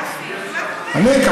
יופי, אבל מה קורה?